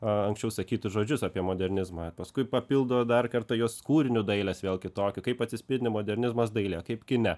anksčiau sakytus žodžius apie modernizmą paskui papildo dar kartą jos kūriniu dailės vėl kitokiu kaip atsispindi modernizmas dailėje kaip kine